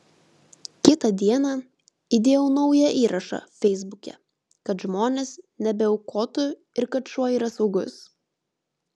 kitą dieną įdėjau naują įrašą feisbuke kad žmonės nebeaukotų ir kad šuo yra saugus